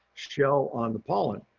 shell on the pollen.